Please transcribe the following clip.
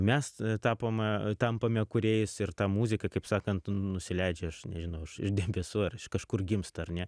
mes tapom tampame kūrėjais ir ta muzika kaip sakant nusileidžia aš nežinau iš iš debesų ar kažkur gimsta ar ne